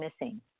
missing